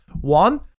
one